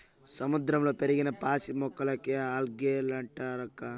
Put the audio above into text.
సముద్రంలో పెరిగిన పాసి మొక్కలకే ఆల్గే లంటారక్కా